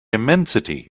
immensity